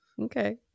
Okay